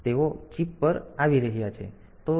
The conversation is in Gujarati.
તેથી તેઓ ચિપ પર આવી રહ્યા છે